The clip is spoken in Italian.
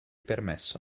permesso